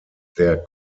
der